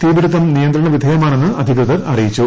തീപിടിത്തം നിയന്ത്രണവിധേയമാണെന്ന് അധികൃതർ അറിയിച്ചു